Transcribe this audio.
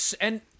And-